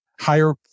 higher